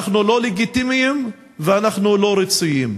אנחנו לא לגיטימיים ואנחנו לא רצויים.